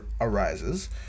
arises